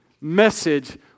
message